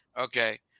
Okay